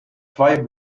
zwei